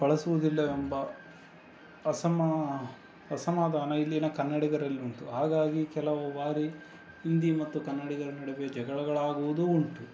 ಬಳಸುವುದಿಲ್ಲವೆಂಬ ಅಸಮಾ ಅಸಮಾಧಾನ ಇಲ್ಲಿನ ಕನ್ನಡಿಗರಲ್ಲಿ ಉಂಟು ಹಾಗಾಗಿ ಕೆಲವು ಬಾರಿ ಹಿಂದಿ ಮತ್ತು ಕನ್ನಡಿಗರ ನಡುವೆ ಜಗಳಗಳಾಗುವುದೂ ಉಂಟು